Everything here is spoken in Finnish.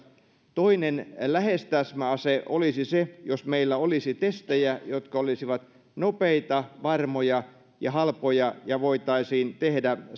toinen lähes täsmäase olisi se jos meillä olisi testejä jotka olisivat nopeita varmoja ja halpoja ja joita voitaisiin tehdä